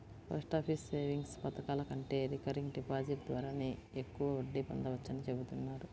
post office savings పథకాల కంటే recurring deposit ద్వారానే ఎక్కువ వడ్డీ పొందవచ్చని చెబుతున్నారు